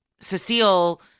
Cecile